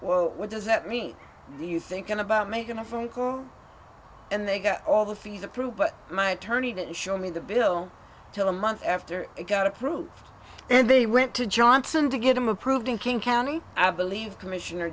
well what does that mean to you thinking about making a phone call and they got all the fees approved but my attorney didn't show me the bill till a month after it got approved and they went to johnson to get them approved in king county i believe commissioner